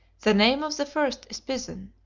the name of the first is pison.